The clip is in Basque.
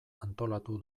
antolatu